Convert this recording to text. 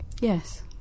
Yes